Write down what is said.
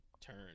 turn